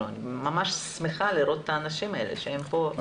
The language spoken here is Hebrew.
אני ממש שמחה לראות את האנשים האלה פה.